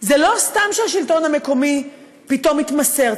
זה לא סתם שהשלטון המקומי פתאום התמסר.